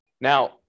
Now